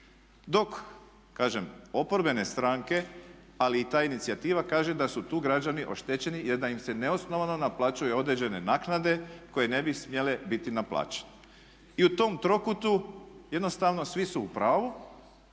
Dok, kažem, oporbene stranke ali i ta inicijativa kaže da su tu građani oštećeni jer da im se neosnovano naplaćuju određene naknade koje ne bi smjele biti naplaćene. I u tom trokutu jednostavno svi su u pravu